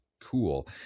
cool